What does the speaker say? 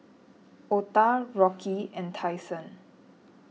Octa Rocky and Tyson